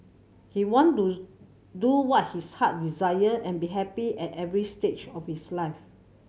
he want to do what his heart desire and be happy at every stage of his life